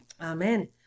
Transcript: Amen